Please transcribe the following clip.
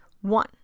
One